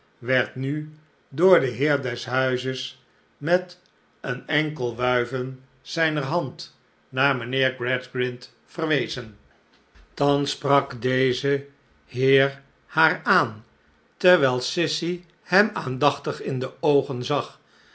werd nu door den heer des huizes met een enkel wuiven zijner hand naar mijnheer gradgrind verwezen thans sprak deze heer haar aan terwijl sissy hem aandachtig in de oogen zag